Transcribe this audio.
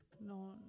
No